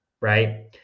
Right